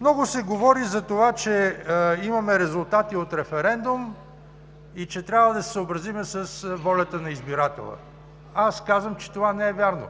Много се говори за това, че имаме резултати от референдум и че трябва да се съобразим с волята на избирателя. Аз казвам, че това не е вярно.